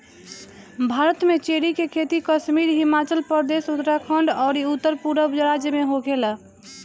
भारत में चेरी के खेती कश्मीर, हिमाचल प्रदेश, उत्तरखंड अउरी उत्तरपूरब राज्य में होखेला